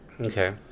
Okay